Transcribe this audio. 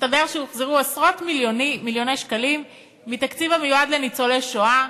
מסתבר שהוחזרו עשרות-מיליוני שקלים מתקציב המיועד לניצולי שואה,